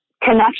Connection